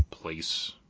place